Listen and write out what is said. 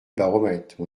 baromètre